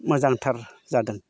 मोजांथार जादों